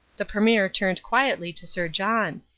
the premier turned quietly to sir john.